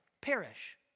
perish